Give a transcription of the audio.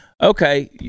Okay